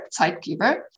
Zeitgeber